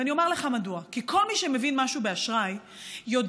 ואומר לך מדוע: כי כל מי שמבין משהו באשראי יודע